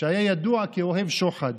שהיה ידוע כאוהב שוחד.